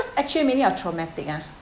actually meaning of traumatic ah